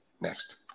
next